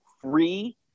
free